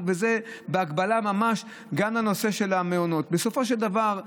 בהקבלה ממש גם לנושא המעונות: בסופו של דבר,